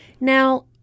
Now